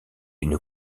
une